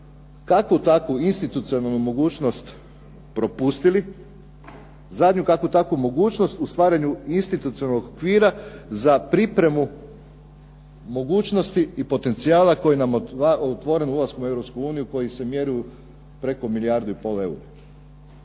kakvu takvu institucionalnu mogućnost propustili, zadnju kakvu takvu mogućnost u stvaranju institucionalnog okvira za pripremu mogućnosti i potencijala koji nam je otvoren ulaskom u Europsku uniju koji se mjeri u preko milijardu i pol eura.